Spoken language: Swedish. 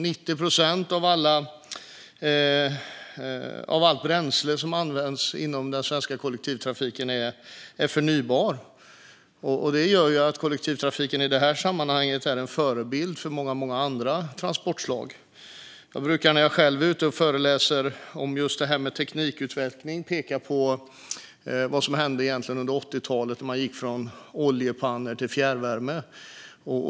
90 procent av allt bränsle som används inom den svenska kollektivtrafiken är förnybart, och det gör att kollektivtrafiken i det sammanhanget är en förebild för många andra transportslag. Jag brukar när jag är ute och föreläser om teknikutveckling peka på vad som hände under 80-talet, då man gick från oljepannor till fjärrvärme.